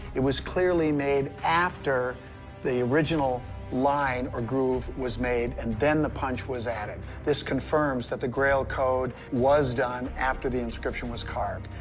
it was clearly made after the original line or groove was made, and then the punch was added. this confirms that the grail code was done after the inscription was carved.